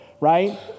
right